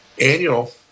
annual